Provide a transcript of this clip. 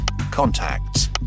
contacts